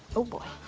oh boy.